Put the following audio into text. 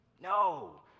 no